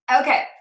Okay